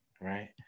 right